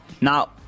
now